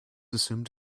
assumed